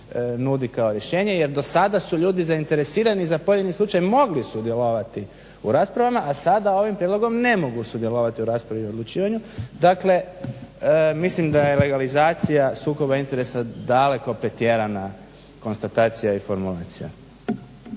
nudi kao rješenje jer do sada su ljudi zainteresirani za pojedini slučaj mogli sudjelovati u raspravama, a sada ovim prijedlogom ne mogu sudjelovati u raspravi i odlučivanju. Dakle, mislim da je legalizacija sukoba interesa daleko pretjerana konstatacija i formulacija.